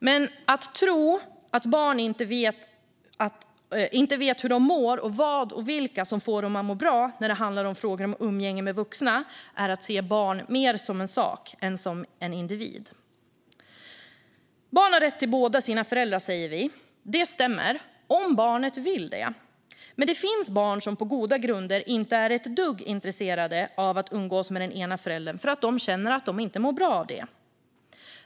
Men att tro att barn inte vet hur de mår och vad och vilka som får dem att må bra när det handlar om frågor om umgänge med vuxna är att se barn mer som en sak än som en individ. Barn har rätt till båda sina föräldrar, säger vi. Det stämmer, om barnet vill det. Men det finns barn som på goda grunder inte är ett dugg intresserade av att umgås med den ena föräldern för att de känner att de inte mår bra av det.